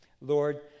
Lord